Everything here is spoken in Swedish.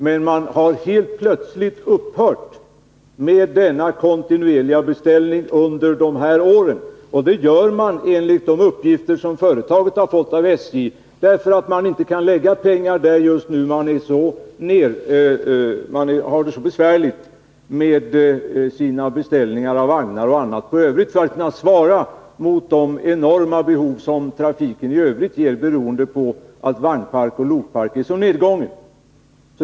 Man har dock helt plötsligt upphört med sina kontinuerliga beställningar under de aktuella åren. Anledningen till det är, enligt de uppgifter som företaget har fått av SJ, att SJ inte kan lägga ut några medel på detta just nu. Man har det så besvärligt med sina beställningar av vagnar och annat att man inte kan svara mot de enorma behov som trafiken skapar i övrigt. Anledningen härtill är att vagnoch lokparken är så nedgången.